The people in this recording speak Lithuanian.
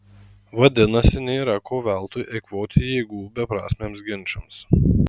vadinasi nėra ko veltui eikvoti jėgų beprasmiams ginčams